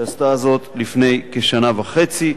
שעשתה זאת לפני כשנה וחצי.